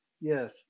Yes